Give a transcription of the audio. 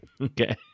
Okay